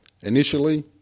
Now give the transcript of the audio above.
Initially